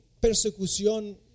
persecución